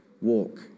walk